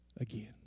again